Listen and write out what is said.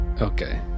Okay